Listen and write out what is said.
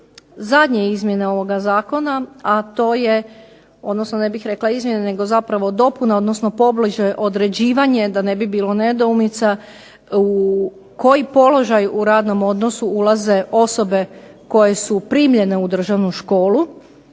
zadnje izmjene ovoga zakona, a to je, odnosno ne bih rekla izmjene nego zapravo dopune odnosno pobliže određivanje, da ne bi bilo nedoumica, u koji položaj u radnom odnosu ulaze osobe koje su primljene u državnu školu,